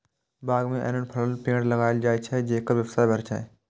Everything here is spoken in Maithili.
बाग मे एहन फलक पेड़ लगाएल जाए छै, जेकर व्यवसाय भए सकय